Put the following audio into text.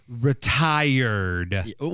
retired